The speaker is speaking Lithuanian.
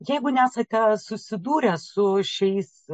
jeigu nesate susidūrę su šiais